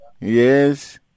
Yes